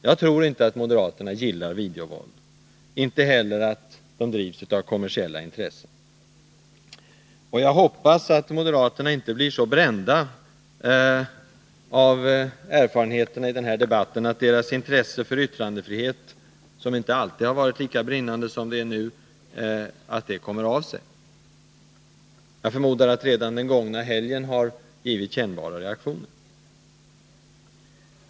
Jag tror inte att moderaterna gillar videovåld, inte heller att de drivs av kommersiella intressen. Och jag hoppas att moderaterna inte blir så brända av erfarenheterna i den här debatten att deras intresse för yttrandefrihet — som inte alltid har varit lika brinnande som det är nu — kommer av sig. Jag förmodar att redan den gångna helgen har givit kännbara reaktioner.